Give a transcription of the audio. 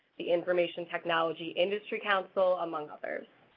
the information technology industry council, among others.